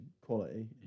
quality